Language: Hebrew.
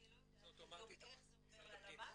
אני לא יודעת בדיוק איך זה עובר ללמ"ס,